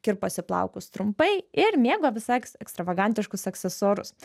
kirposi plaukus trumpai ir mėgo visai eks ekstravagantiškus aksesuarus